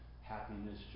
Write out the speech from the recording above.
happiness